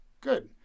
Good